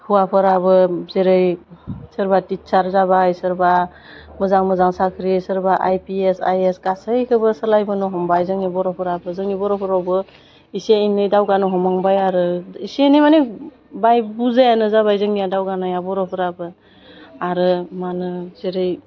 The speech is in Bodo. हौवाफोराबो जेरै सोरबा टिसार जाबाय सोरबा मोजां मोजां साख्रि सोरबा आईपिएस आईएएस गासैखौबो सोलायबोनो हमबाय जोंनि बर'फोराबो जोंनि बर'फोरावबो एसे एनै दावगानो हमहांबाय आरो एसे एनै माने बाय बुरजायानो जाबाय जोंनिया दावनाया बर'फोराबो आरो मा होनो जेरै